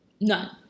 none